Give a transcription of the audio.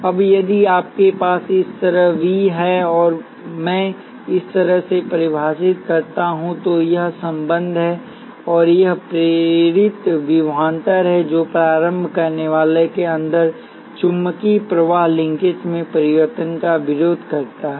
अब यदि आपके पास इस तरह वी है और मैं इस तरह से परिभाषित करता हूं तो यह संबंध है और यह प्रेरित विभवांतर है जो प्रारंभ करनेवाला के अंदर चुंबकीय प्रवाह लिंकेज में परिवर्तन का विरोध करता है